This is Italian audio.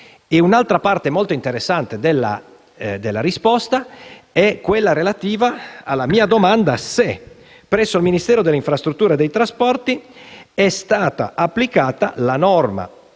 Un'altra parte molto interessante della risposta è quella relativa alla mia domanda se presso il Ministero delle infrastrutture e dei trasporti sia stata applicata la norma